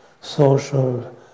social